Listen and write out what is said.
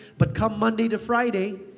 but come monday to friday,